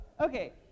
Okay